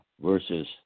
versus